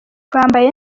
bambaye